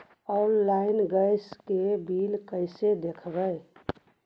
Online gas के bill कैसे देबै?